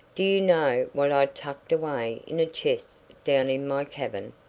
do you know what i tucked away in a chest down in my cabin?